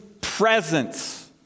presence